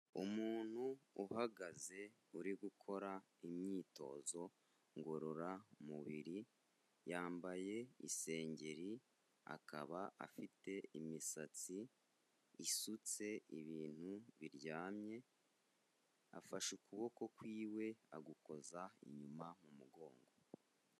Umuntu uhagaze uri gukora imyitozo ngororamubiri, yambaye isengeri akaba afite imisatsi isutse ibintu biryamye, afashe ukuboko kwiwe agukoza inyuma mu mugongo.